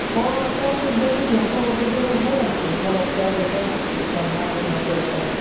तपाईँले जहिले भ्याउँछ म त्यतिबेला उठाइहाल्छु नि मलाई त चाहिएको छ एकदम मार्केटमा चाहिएको छ